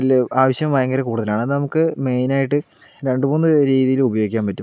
വലിയ ആവശ്യം ഭയങ്കര കൂടുതലാണ് അത് നമുക്ക് മെയിനായിട്ട് രണ്ടു മൂന്ന് രീതിയിൽ ഉപയോഗിക്കാൻ പറ്റും